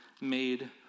made